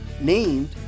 named